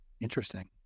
Interesting